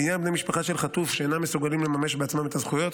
לעניין בני משפחה של חטוף שאינם מסוגלים לממש בעצמם את הזכויות,